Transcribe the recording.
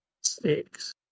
six